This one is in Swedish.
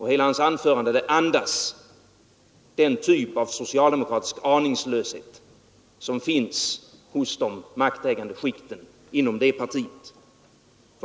Hela hans anförande andas den typ av socialdemokratisk aningslöshet som finns hos de maktägande skikten inom det partiet.